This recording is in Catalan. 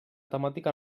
temàtica